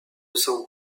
semble